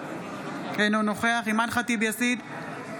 אינו נוכח אימאן ח'טיב יאסין,